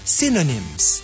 synonyms